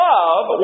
Love